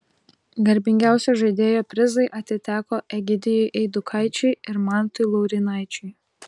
garbingiausio žaidėjo prizai atiteko egidijui eidukaičiui ir mantui laurynaičiui